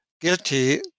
guilty